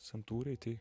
santūriai tai